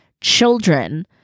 children